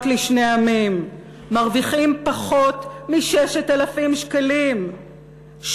לשני עמים מרוויחים פחות מ-6,000 שקלים,